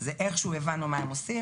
זה איכשהו הבנו מה הם עושים